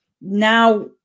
now